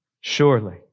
Surely